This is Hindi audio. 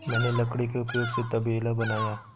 मैंने लकड़ी के उपयोग से तबेला बनाया